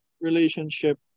relationship